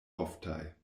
oftaj